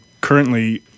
currently